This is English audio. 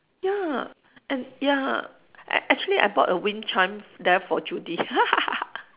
ya and ya a~ actually I bought a wind chime there for Judy